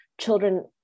children